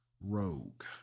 Rogue